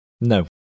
No